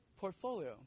portfolio